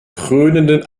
krönenden